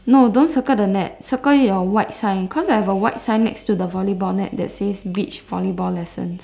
no don't circle the net circle your white sign cause I have a white sign next to the volleyball net that says beach volleyball lessons